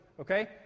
Okay